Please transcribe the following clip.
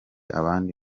abandi